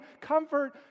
comfort